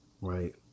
right